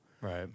right